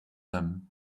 them